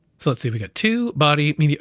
so let's see, we get to body media.